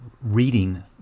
reading